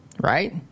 right